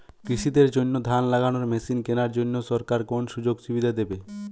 কৃষি দের জন্য ধান লাগানোর মেশিন কেনার জন্য সরকার কোন সুযোগ দেবে?